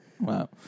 Wow